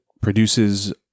produces